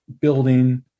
building